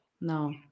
No